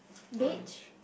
orange